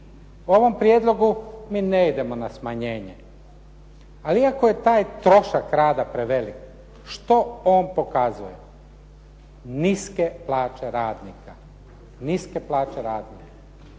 U ovom prijedlogu mi ne idemo na smanjenje, ali iako je taj trošak rada prevelik što on pokazuje? Niske plaće radnika. Plaća radnika